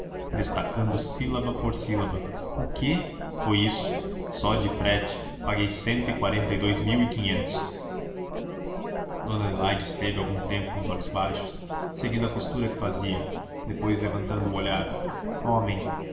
destacando sílaba por sílaba o quê foi isso só de frete paguei cento e quarenta e dous mil e quinhentos dona adelaide esteve algum tempo com os olhos baixos seguindo a costura que fazia depois levantando o olhar homem